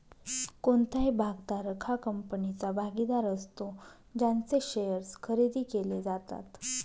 कोणताही भागधारक हा कंपनीचा भागीदार असतो ज्यांचे शेअर्स खरेदी केले जातात